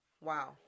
Wow